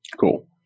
Cool